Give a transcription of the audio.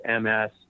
MS